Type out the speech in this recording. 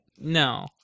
No